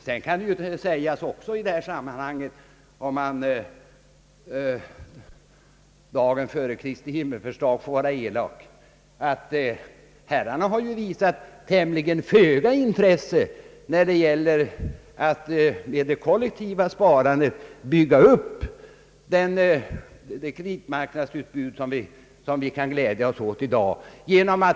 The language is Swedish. Om man dagen före Kristi Himmelsfärdsdag får vara elak, kan i detta sammanhang också sägas, att herrarna ju har visat föga intresse när det gällt att med det kollektiva sparandet bygga upp det kreditmarknadsutbud vi kan glädjas åt i dag.